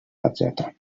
etc